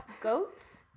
Goats